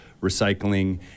recycling